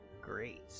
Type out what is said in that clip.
Great